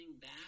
back